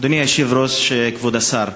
אדוני היושב-ראש, כבוד השר,